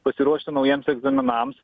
pasiruošti naujiems egzaminams